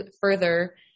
further